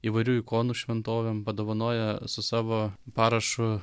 įvairių ikonų šventovėm padovanojo savo parašu